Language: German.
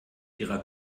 ihrer